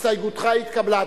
הסתייגותך התקבלה.